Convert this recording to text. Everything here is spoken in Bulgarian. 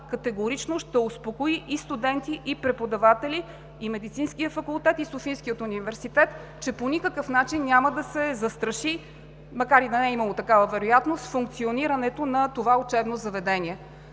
категорично ще успокои и студенти, и преподаватели, и Медицинския факултет, и Софийския университет, че по никакъв начин няма да се застраши, макар и да не е имало такава вероятност, функционирането на това учебно заведение.